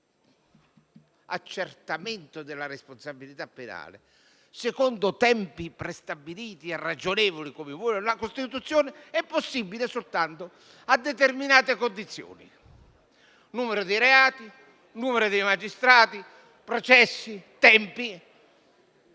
l'accertamento della responsabilità penale secondo tempi prestabiliti e ragionevoli, come vuole la Costituzione, è possibile soltanto a determinate condizioni: numero di reati e magistrati, processi e tempi.